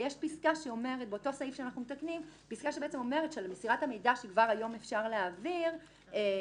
ויש פסקה בסעיף שאנחנו מתקנים שאומרת שעל מסירת המידע שאפשר להעביר כבר